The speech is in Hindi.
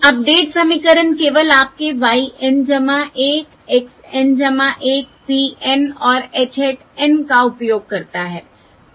अपडेट समीकरण केवल आपके y N 1 x N 1 p N और h hat N का उपयोग करता है